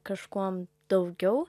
kažkuom daugiau